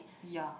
ya